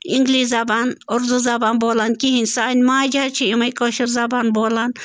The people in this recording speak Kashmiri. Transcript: اِنٛگلِش زبان اُردو زبان بولان کِہیٖنٛۍ سانہِ ماجہٕ حظ چھِ یِمَے کٲشِر زبان بولان